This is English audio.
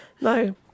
No